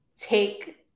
take